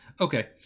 Okay